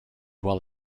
while